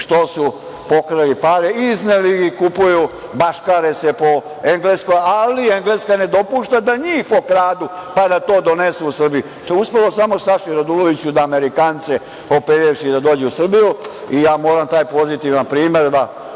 što su pokrali pare, izneli ih i kupuju i baškare se po Engleskoj. Ali, Engleska ne dopušta da njih pokradu pa da to donesu u Srbiju. To je uspelo samo Saši Raduloviću da Amerikance opelješi i da dođe u Srbiju i ja moram taj pozitivan primer da